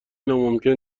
ناممکن